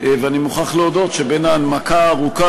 ואני מוכרח להודות שבין ההנמקה הארוכה